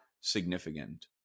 significant